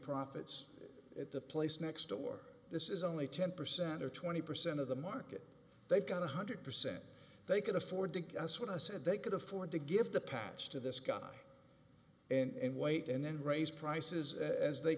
profits at the place next door this is only ten percent or twenty percent of the market they've got one hundred percent they can afford to guess what i said they could afford to give the patch to this guy and wait and then raise prices as they